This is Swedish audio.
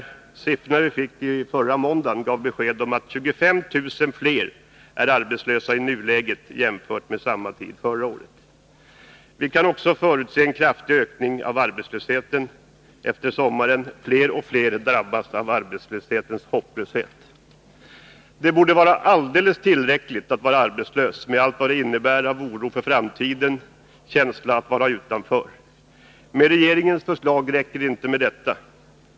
De siffror vi fick i måndags gav besked om att 25 000 fler är arbetslösa i nuläget jämfört med samma tid förra året. Vi kan också förutse en kraftig ökning av arbetslösheten efter sommaren. Fler och fler drabbas av arbetslöshetens hopplöshet. Det borde vara alldeles tillräckligt att vara arbetslös med allt vad det innebär av oro för framtiden, känslan att vara utanför. Med regeringens förslag räcker det inte med detta.